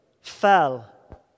fell